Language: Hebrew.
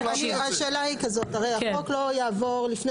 השאלה היא כזאת: הרי החוק לא יעבור לפני